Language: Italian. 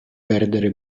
perdere